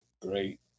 Great